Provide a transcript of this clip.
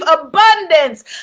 abundance